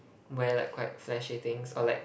wear like quite flashy things or like